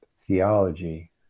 theology